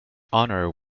honour